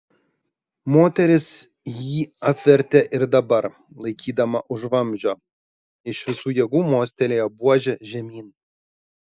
moteris jį apvertė ir dabar laikydama už vamzdžio iš visų jėgų mostelėjo buože žemyn